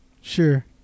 sure